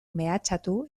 mehatxatu